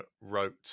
wrote